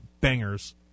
bangers